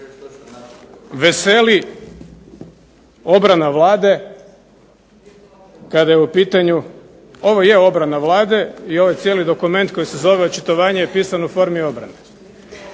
veseli obrana Vlade kada je u pitanju, ovo je obrana Vlade, i ovaj cijeli dokument koji se zove očitovanje je pisano u formi obrane.